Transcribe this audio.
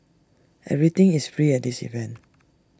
everything is free at this event